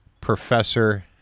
Professor